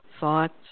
thoughts